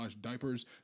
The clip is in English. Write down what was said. Diapers